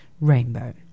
rainbow